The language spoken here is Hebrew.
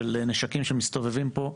של נשקים שמסתובבים פה.